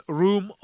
room